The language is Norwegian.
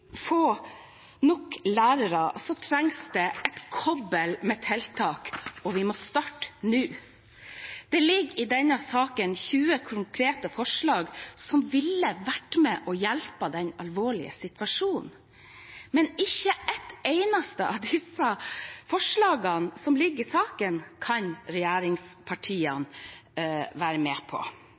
få nok lærere, trengs det et kobbel med tiltak, og vi må starte nå. Det foreligger i denne saken 20 konkrete forslag som ville ha vært med og hjulpet på den alvorlige situasjonen. Men ikke ett eneste av disse forslagene som foreligger i saken, kan regjeringspartiene være med på.